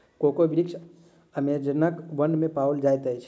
cocoa वृक्ष अमेज़नक वन में पाओल जाइत अछि